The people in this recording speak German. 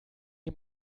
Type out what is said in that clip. die